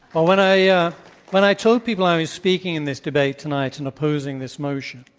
ah when i yeah when i told people i was speaking in this debate tonight, and opposing this motion,